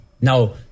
Now